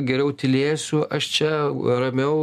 geriau tylėsiu aš čia ramiau